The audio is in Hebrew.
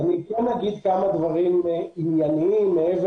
אני כן אומר כמה דברים ענייניים מעבר